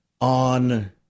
on